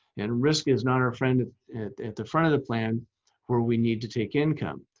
and risk is not our friend at at the front of the plan where we need to take income.